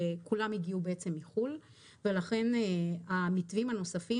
כולם הגיעו בעצם מחו"ל ולכן המתווים הנוספים